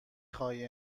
خواهی